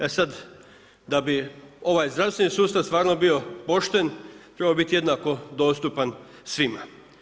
E sad, da bi ovaj zdravstveni sustav stvarno bio pošten, trebao bi biti jednako dostupan svima.